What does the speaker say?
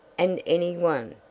and any one,